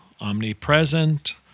omnipresent